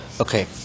Okay